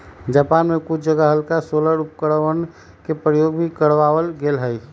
Japan में कुछ जगह हल्का सोलर उपकरणवन के प्रयोग भी करावल गेले हल